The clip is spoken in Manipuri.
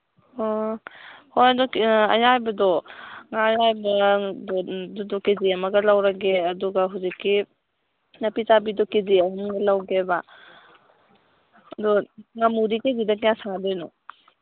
ꯑꯣ ꯍꯣ ꯑꯗꯨ ꯑꯌꯥꯏꯕꯗꯣ ꯉꯥ ꯑꯌꯥꯏꯕ ꯑꯗꯨꯗꯨ ꯀꯦ ꯖꯤ ꯑꯃꯒ ꯂꯧꯔꯒꯦ ꯑꯗꯨꯒ ꯍꯧꯖꯤꯛꯀꯤ ꯅꯥꯄꯤꯆꯥꯕꯤꯗꯣ ꯀꯦ ꯖꯤ ꯑꯍꯨꯝ ꯂꯧꯒꯦ ꯑꯗꯣ ꯉꯃꯨꯗꯤ ꯀꯦ ꯖꯤꯗ ꯀꯌꯥ ꯁꯥꯗꯣꯏꯅꯣ